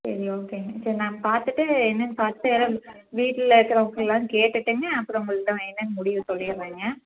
சரி ஓகேங்க சரி நான் பார்த்துட்டு என்னென்னு பார்த்துட்டு ஏன்னால் வீட்டில் இருக்கிறவங்கள்லாம் கேட்டுவிட்டுங்க அப்புறம் உங்கள்கிட்ட நான் என்னென்னு முடிவு சொல்லிடுறேங்க